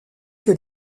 que